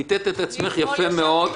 לינור, ביטאת את עצמך יפה מאוד.